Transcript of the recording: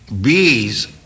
bees